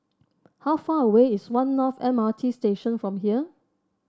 how far away is One North M R T Station from here